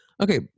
Okay